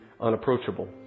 unapproachable